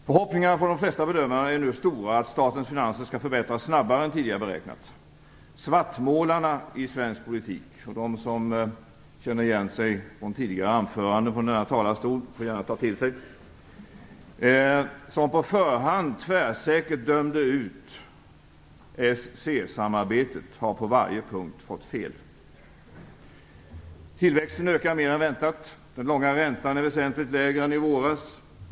Förhoppningarna från de flesta bedömare är nu stora att statens finanser skall förbättras snabbare än tidigare beräknat. Svartmålarna i svensk politik - de som i denna beskrivning känner igen sig och sina tidigare anföranden från kammarens talarstol får gärna ta åt sig - dömde på förhand tvärsäkert ut s-csamarbetet. De har på varje punkt fått fel. Tillväxten ökar mer än väntat. Den långa räntan är väsentligt lägre än i våras.